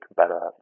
better